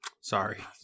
Sorry